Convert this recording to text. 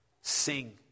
Sing